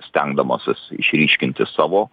stengdamosis išryškinti savo